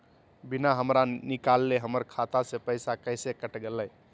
बिना हमरा निकालले, हमर खाता से पैसा कैसे कट गेलई?